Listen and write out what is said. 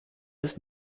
ist